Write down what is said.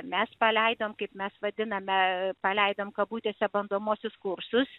mes paleidom kaip mes vadiname paleidom kabutėse bandomuosius kursus